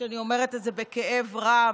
אני אומרת את זה בכאב רב,